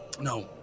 No